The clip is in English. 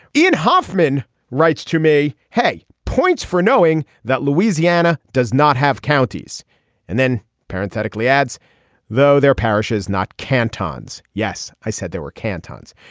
ian hoffman writes to me hay points for knowing that louisiana does not have counties and then parenthetically adds though their parishes not cantons. yes i said there were cantons.